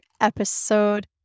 episode